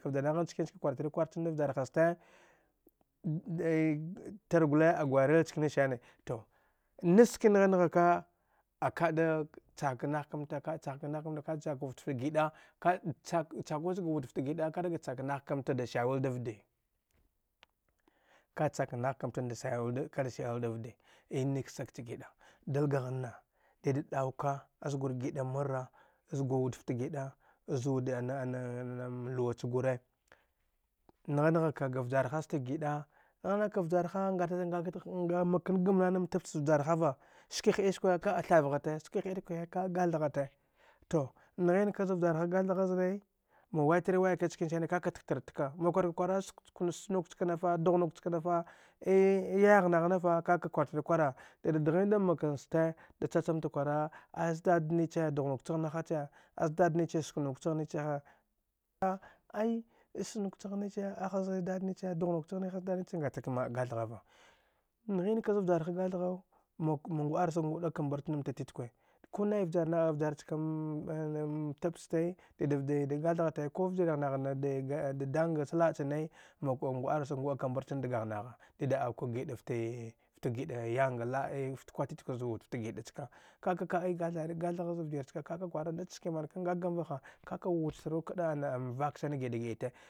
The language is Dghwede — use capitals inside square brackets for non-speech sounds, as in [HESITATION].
Vda nagha nchaniska kwar trikwara chanan vjarha ste [HESITATION] tar gule a gwairil nchkani sane tu nas ske ngha nghaka akada chak nah kamta aka chak nah kamta ka’a chakud fta giɗa chaku chga wud fta giva kad ga chak nah kamta dga sawil da vde aka’a chak nah kamfa nda sa’awil da da’awil da vde eni ksag cha gida dai gaghna dida ɗauka azgur gida marra zga wud fta gida zuwude [HESITATION] maluwa cha gure ngha nghaka ga vjarhaste giɗa ngha-nghaka ga vjar haste gida ngha nghaka vjarha ngata nga makan gam nana mtab cha vjarhava ski ha iskwe ka’a thavghate ski ha’iskwe ka’a tu nghinka zavjarha gathata zane ma waitri wai ka nchkani sani kaka tak tar tku ma kwar ka kwara sku nuk chka nafa dugh nuk chka naf [HESITATION] e yayagh nagh nagh nafa kaka kwar tri kwara dida dghindam makanste da cha chamta kwara aza dad niche dugh nuk chagh na hache az dad n che skunuk chagh ni chi ha. Ay isunuk chagh niche ahaz dadniche dugh nuk chagh ni [UNINTELLIGIBLE] ma’a gath ghava nghinka zvjarha gath ghav mak, ma ngu aka mbarts n mta titkwe ku nai vjar nagh vjar chka [HESITATION] anamtab ste didav de de gath ghate ku vjiragh cha la’a cha ne maku ngu aran sag ngu aka mmbartin dgagh nagha did auka giɗaftee fta gide yanga la’a cha ne maku ngu’aran sag ngu aka mbartin dgagh nagha did auka giɗaftee fta gida yanga la’a fta kwat titkwi zuwud fta gida cka kaka ka ei gathari gath gha za vjir chka nach skii manka nga gam vaha kaka wuj tru kdra mvak sani gi’a da gida te.